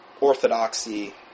Orthodoxy